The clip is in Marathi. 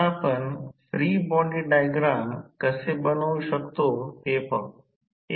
आता आपण फ्री बॉडी डायग्राम कसे बनवू शकतो ते पाहू